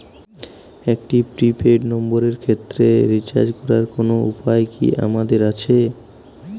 একটি prepaid নম্বরের ক্ষেত্রে রিচার্জ করার কোনো উপায় কি আমাদের আছে?